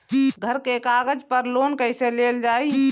घर के कागज पर लोन कईसे लेल जाई?